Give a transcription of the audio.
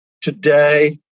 Today